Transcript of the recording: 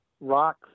rock